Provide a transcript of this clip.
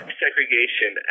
segregation